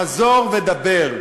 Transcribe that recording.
חזור ודבר,